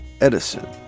Edison